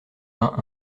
vingt